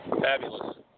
Fabulous